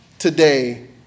Today